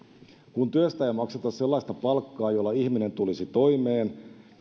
kun työstä ei makseta sellaista palkkaa jolla ihminen tulisi toimeen